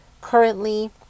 currently